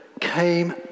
came